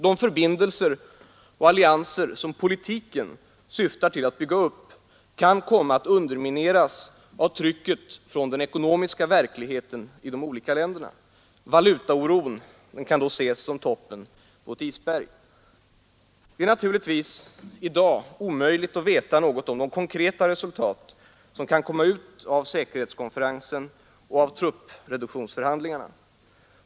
De förbindelser och allianser som politiken syftar till att bygga upp kan komma att undermineras av trycket från den ekonomiska verkligheten i de olika länderna. Valutaoron kan då ses som toppen på isberget. Det är naturligtvis i dag omöjligt att veta något om de konkreta resultat som kan komma ut av säkerhetskonferensen och truppreduktionsförhandlingarna.